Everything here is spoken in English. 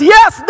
Yes